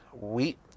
wheat